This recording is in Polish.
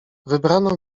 wybrano